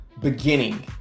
beginning